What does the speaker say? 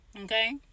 Okay